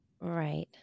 Right